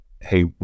Hey